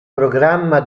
programma